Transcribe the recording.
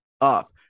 up